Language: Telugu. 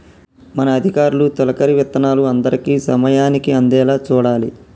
మన అధికారులు తొలకరి విత్తనాలు అందరికీ సమయానికి అందేలా చూడాలి